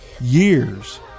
years